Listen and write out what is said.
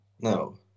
No